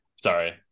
sorry